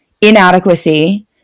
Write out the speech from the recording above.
inadequacy